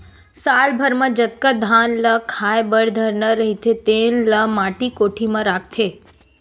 साल भर म जतका धान ल खाए बर धरना रहिथे तेन ल माटी कोठी म राखथे